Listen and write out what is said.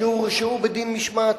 שהורשעו בדין משמעתי.